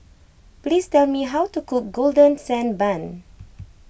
please tell me how to cook Golden Sand Bun